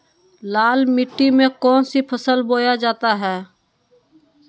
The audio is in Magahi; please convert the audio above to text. लाल मिट्टी में कौन सी फसल बोया जाता हैं?